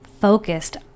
focused